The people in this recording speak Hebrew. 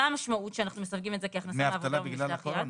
דמי אבטלה בגלל הקורונה?